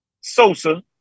Sosa